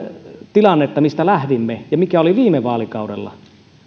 tilannetta mistä lähdimme ja mikä oli viime vaalikaudella